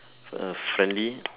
uh friendly